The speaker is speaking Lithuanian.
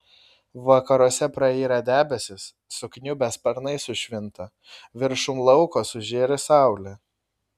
vakaruose prayra debesys sukniubę sparnai sušvinta viršum lauko sužėri saulė